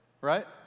right